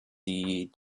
die